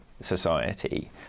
society